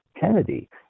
Kennedy